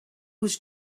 was